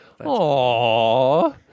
Aww